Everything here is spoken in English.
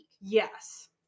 Yes